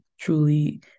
truly